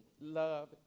love